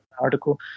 article